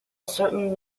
certain